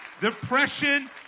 Depression